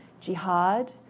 jihad